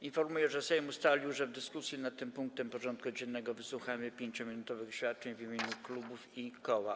Informuję, że Sejm ustalił, że w dyskusji nad tym punktem porządku dziennego wysłucha 5-minutowych oświadczeń w imieniu klubów i koła.